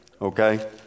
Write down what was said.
Okay